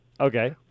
Okay